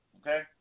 Okay